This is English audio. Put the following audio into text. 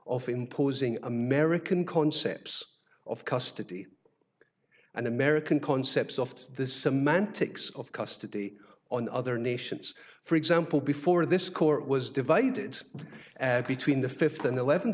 of imposing american concepts of custody and american concepts of the semantics of custody on other nations for example before this court was divided between the fifth and eleven